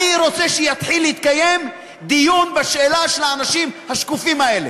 אני רוצה שיתחיל להתקיים דיון בשאלה של האנשים השקופים האלה.